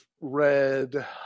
read